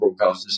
broadcasters